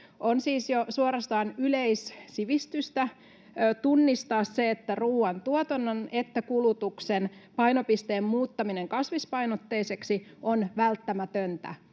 On siis jo suorastaan yleissivistystä tunnistaa, että ruoantuotannon ja kulutuksen painopisteen muuttaminen kasvispainotteiseksi on välttämätöntä.